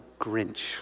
Grinch